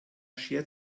schert